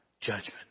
judgment